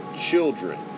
children